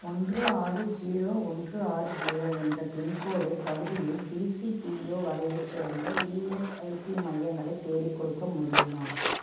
ஒன்று ஆறு ஜீரோ ஒன்று ஆறு ஜீரோ என்ற பின்கோடு பகுதியில் டிசிபிஓ வகையைச் சேர்ந்த இஎஸ்ஐசி மையங்களை தேடிக்கொடுக்க முடியுமா